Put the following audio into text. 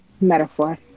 metaphor